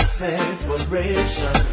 separation